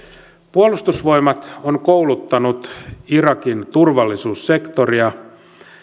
puolustusvoimat on kouluttanut irakin turvallisuussektoria